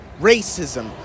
racism